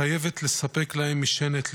חייבת לספק להם משענת,